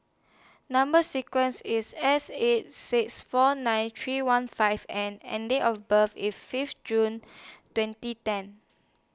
Number sequence IS S eight six four nine three one five N and Date of birth IS Fifth June twenty ten